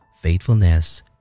faithfulness